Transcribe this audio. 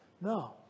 No